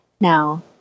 Now